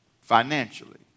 financially